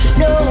no